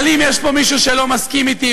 אבל אם יש פה מישהו שלא מסכים אתי,